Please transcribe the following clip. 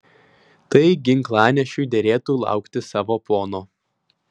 tai ginklanešiui derėtų laukti savo pono